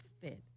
fit